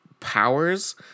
powers